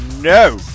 no